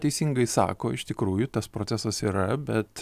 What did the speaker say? teisingai sako iš tikrųjų tas procesas yra bet